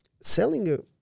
selling